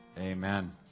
amen